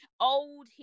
old